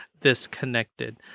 disconnected